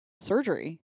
surgery